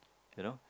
you know